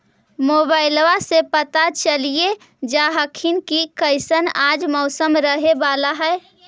मोबाईलबा से पता चलिये जा हखिन की कैसन आज मौसम रहे बाला है?